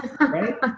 right